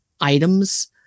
items